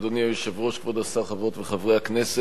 אדוני היושב-ראש, כבוד השר, חברות וחברי הכנסת,